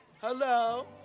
Hello